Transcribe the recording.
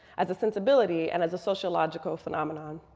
as a sensibility, and as a sociological phenomenon.